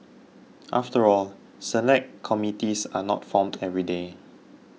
after all Select Committees are not formed every day